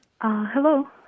Hello